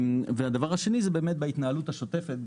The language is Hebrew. והדבר השני זה בהתנהלות השוטפת.